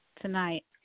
tonight